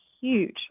huge